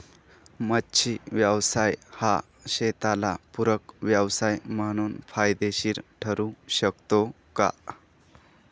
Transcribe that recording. मच्छी व्यवसाय हा शेताला पूरक व्यवसाय म्हणून फायदेशीर ठरु शकतो का?